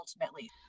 ultimately